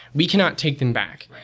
we cannot take them back.